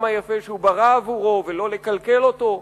היפה שהוא ברא עבורו ולא לקלקל אותו.